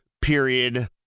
period